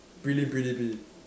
prelim prelim prelim